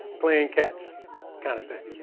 playing catch kind of thing.